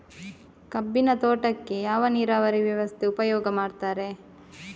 ಕಬ್ಬಿನ ತೋಟಕ್ಕೆ ಯಾವ ನೀರಾವರಿ ವ್ಯವಸ್ಥೆ ಉಪಯೋಗ ಮಾಡುತ್ತಾರೆ?